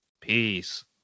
peace